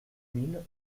mille